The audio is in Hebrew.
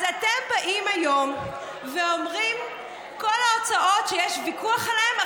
אז אתם באים היום ואומרים שכל ההוצאות שיש ויכוח עליהן,